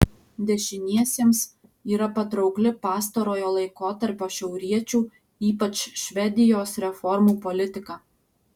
dešiniesiems yra patraukli pastarojo laikotarpio šiauriečių ypač švedijos reformų politika